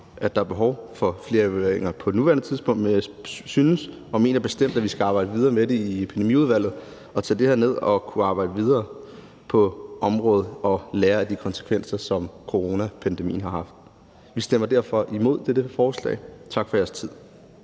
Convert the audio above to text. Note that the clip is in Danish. at der er behov for flere evalueringer på nuværende tidspunkt, men jeg synes og mener bestemt, at vi skal arbejde videre med det i Epidemiudvalget og tage det her ned og arbejde videre på området og lære af de konsekvenser, som coronapandemien har haft. Vi stemmer derfor imod dette forslag. Tak for jeres tid.